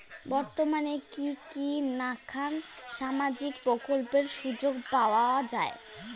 বর্তমানে কি কি নাখান সামাজিক প্রকল্পের সুযোগ পাওয়া যায়?